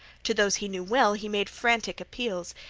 to those he knew well he made frantic appeals,